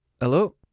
hello